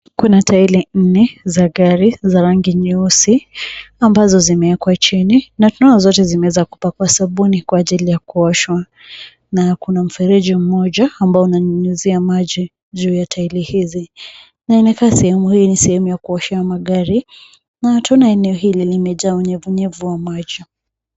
Kuna tairi nne za gari za rangi nyeusi ambazo zimewekwa chini na tunaona zote zimeweza kupakwa sabuni kwa ajili ya kuoshwa. Na kuna mfereji mmoja ambao unanyunyizia maji juu ya tairi hizi na inakaa sehemu hii ni sehemu ya kuoshea magari, na tunaona eneo hili limejaa unyevu nyevu wa maji.